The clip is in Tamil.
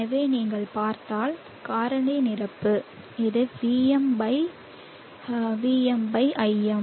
எனவே நீங்கள் பார்த்தால் காரணி நிரப்பு இது Vm by Vm by Im